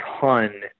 ton